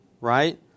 right